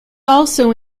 also